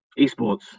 esports